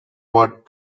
word